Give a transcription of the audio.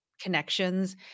connections